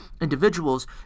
individuals